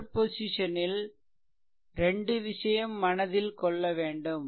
super position ல் 2 விசயம் மனதில் கொள்ள வேண்டும்